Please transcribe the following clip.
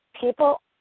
people